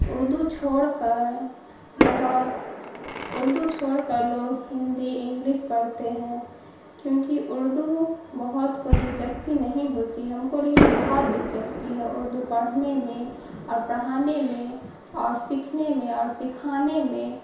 اردو چھوڑ کر بہت اردو چھوڑ کر لوگ ہندی انگلس پڑھتے ہیں کیونکہ اردو بہت کو دلچسپی نہیں ہوتی ہے ہم کو لیکن بہت دلچسپی ہے اردو پڑھنے میں اور پڑھانے میں اور سیکھنے میں اور سکھانے میں